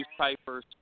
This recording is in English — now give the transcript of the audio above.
newspapers